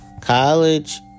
College